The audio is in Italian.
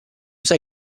sai